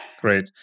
Great